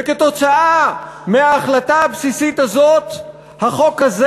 וכתוצאה מההחלטה הבסיסית הזאת החוק הזה